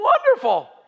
wonderful